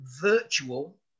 Virtual